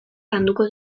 landuko